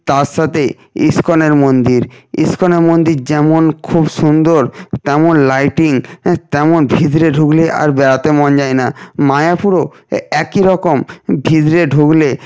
তার সাথে ইস্কনের মন্দির ইস্কনের মন্দির যেমন খুব সুন্দর তেমন লাইটিং তেমন ভিতরে ঢুকলে আর বেরাতে মন যায় না মায়াপুরও একই রকম ভিতরে ঢুকলে